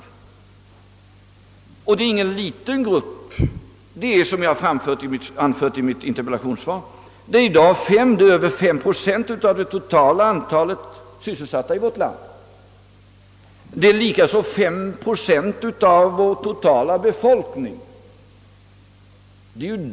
Det är som jag sagt i mitt interpellationssvar i dag över 5 procent av det totala antalet sysselsatta i vårt land. Det är likaså 5 procent av vår totala befolkning.